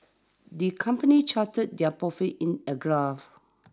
the company charted their profits in a graph